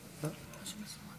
2 לחלופין